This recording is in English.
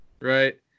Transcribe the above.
Right